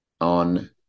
on